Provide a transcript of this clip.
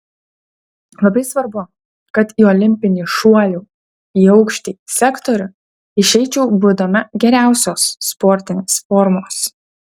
labai svarbu kad į olimpinį šuolių į aukštį sektorių išeičiau būdama geriausios sportinės formos